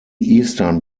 eastern